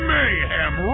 Mayhem